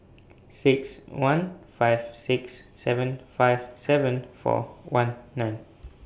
six one five six seven five seven four one nine